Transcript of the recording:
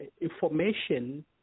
information